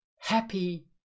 happy